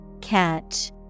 Catch